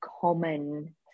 common